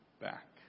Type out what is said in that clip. back